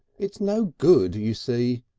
it's no good, you see,